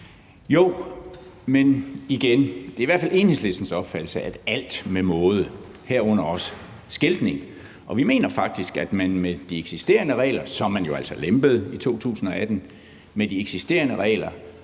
Men igen er det i hvert fald Enhedslistens opfattelse, at alt skal være med måde, herunder også skiltning. Vi mener faktisk, at man med de eksisterende regler, som man jo altså lempede lidt i 2018, har fundet den balance,